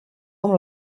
amb